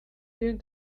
vielen